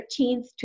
13th